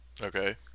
Okay